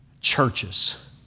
Churches